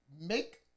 make